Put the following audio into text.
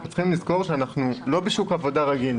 אנחנו צריכים לזכור שאנחנו לא בשוק עבודה רגיל.